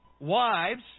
Wives